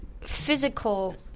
physical